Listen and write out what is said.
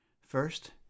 First